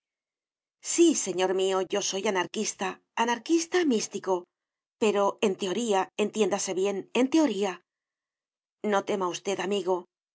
sí señor mío yo soy anarquista anarquista místico pero en teoría entiéndase bien en teoría no tema usted amigoy